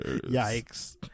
yikes